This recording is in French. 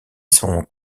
sont